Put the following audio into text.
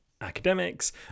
academics